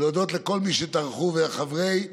ולהודות לכל מי שטרחו, ולחברי הוועדה,